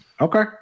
Okay